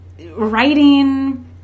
writing